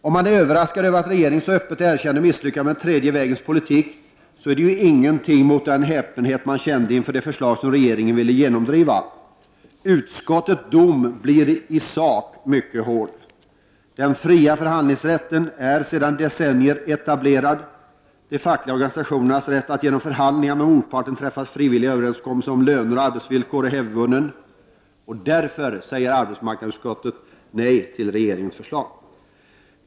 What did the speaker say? Om man är överraskad över att regeringen så öppet erkände misslyckandet med den tredje vägens politik är det ingenting mot den häpenhet som man kände inför det förslag som regeringen ville genomdriva. Utskottets dom blev också i sak mycket hård. Den fria förhandlingsrätten är sedan decennier etablerad. De fackliga organisationernas rätt att genom förhandlingar med motparten träffa frivilliga överenskommelser om löner och arbetsvillkor är hävdvunnen. Därför säger arbetsmarknadsutskottet nej till regeringens förslag.